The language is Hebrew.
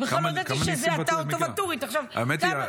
בכלל לא